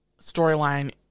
storyline